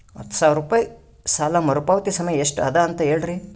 ಹತ್ತು ಸಾವಿರ ರೂಪಾಯಿ ಸಾಲ ಮರುಪಾವತಿ ಸಮಯ ಎಷ್ಟ ಅದ ಅಂತ ಹೇಳರಿ?